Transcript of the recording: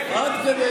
אתה פחות